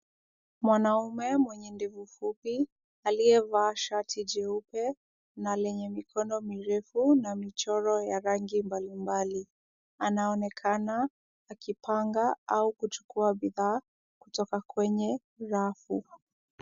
Mwanaume mwenye ndevu fupi, aliyevaa shati jeupe na lenye mikono mirefu na michoro ya rangi mbalimbali. Anaonekana akipanga au kuchukua bidhaa kutoka kwenye rafu.